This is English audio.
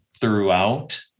throughout